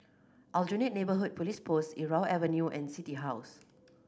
Aljunied Neighbourhood Police Post Irau Avenue and City House